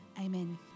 Amen